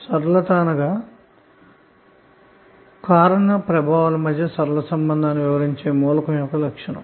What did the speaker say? సరళత అంటే కారణప్రభావాల మధ్య గల సంబంధాన్ని వివరించే మూలకం యొక్క లక్షణం